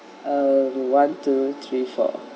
one two three four